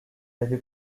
avait